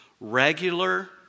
Regular